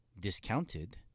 discounted